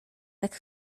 tak